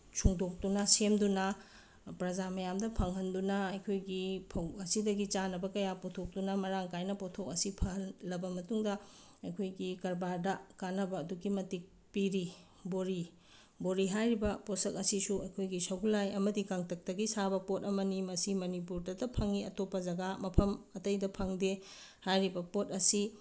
ꯁꯨꯡꯗꯣꯛꯇꯨꯅ ꯁꯦꯝꯗꯨꯅ ꯄ꯭ꯔꯖꯥ ꯃꯌꯥꯝꯗ ꯐꯪꯍꯟꯗꯨꯅ ꯑꯩꯈꯣꯏꯒꯤ ꯐꯪ ꯑꯁꯤꯗꯒꯤ ꯆꯥꯅꯕ ꯀꯌꯥ ꯄꯨꯊꯣꯛꯇꯨꯅ ꯃꯔꯥꯡ ꯀꯥꯏꯅ ꯄꯣꯊꯣꯛ ꯑꯁꯤ ꯐꯍꯜꯂꯕ ꯃꯇꯨꯡꯗ ꯑꯩꯈꯣꯏꯒꯤ ꯀꯔꯕꯥꯔꯗ ꯀꯥꯅꯕ ꯑꯗꯨꯛꯀꯤ ꯃꯇꯤꯛ ꯄꯤꯔꯤ ꯕꯣꯔꯤ ꯕꯣꯔꯤ ꯍꯥꯏꯔꯤꯕ ꯄꯣꯁꯛ ꯑꯁꯤꯁꯨ ꯑꯩꯈꯣꯏꯒꯤ ꯁꯧꯒꯂꯥꯏ ꯑꯃꯗꯤ ꯀꯪꯇꯛꯇꯒꯤ ꯁꯥꯕ ꯄꯣꯠ ꯑꯃꯅꯤ ꯃꯁꯤ ꯃꯅꯤꯄꯨꯔꯗꯇ ꯐꯪꯉꯤ ꯑꯇꯣꯞꯄ ꯖꯒꯥ ꯃꯐꯝ ꯑꯇꯩꯗ ꯐꯪꯗꯦ ꯍꯥꯏꯔꯤꯕ ꯄꯣꯠ ꯑꯁꯤ